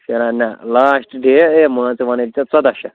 وُچھ یارا نہَ لاسٹہٕ ڈےٚ ہے مان ژٕ وَنٕے بہٕ ژےٚ ژۄداہ شیٚتھ